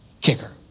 kicker